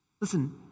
Listen